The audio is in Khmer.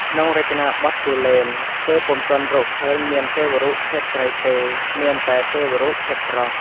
ក្នុងរចនាបថគូលែន គេពុំទាន់រកឃើញមានទេវរូបភេទស្រីទេ មានតែទេវរូបភេទប្រុស។